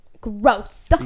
Gross